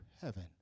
heaven